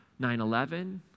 9-11